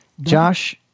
Josh